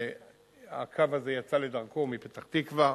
והקו הזה יצא לדרכו מפתח-תקווה,